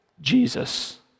Jesus